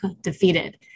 defeated